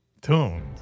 tuned